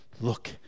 look